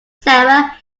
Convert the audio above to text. sarah